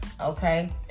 Okay